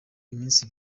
iminsi